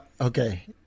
Okay